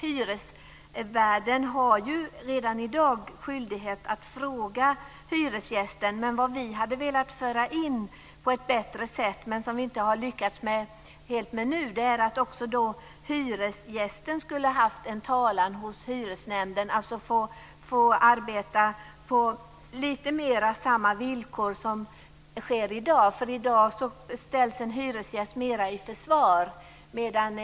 Hyresvärden har ju redan i dag skyldighet att fråga hyresgästen. Vad vi hade velat föra in på ett bättre sätt, men som vi inte har lyckats med helt nu, är att också hyresgästen skulle ha haft en talan hos hyresnämnden. Man skulle alltså få arbeta lite mer på samma villkor. I dag ställs en hyresgäst mer i försvarsställning.